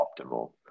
optimal